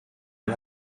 ein